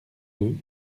deux